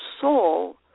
soul